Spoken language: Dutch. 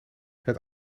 het